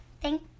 Thank